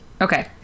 Okay